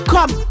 Come